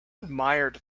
admired